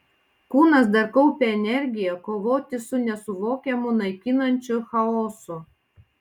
kūnas dar kaupė energiją kovoti su nesuvokiamu naikinančiu chaosu